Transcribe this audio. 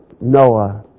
Noah